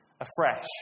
afresh